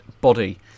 body